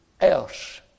else